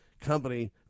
company